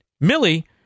Millie